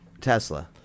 Tesla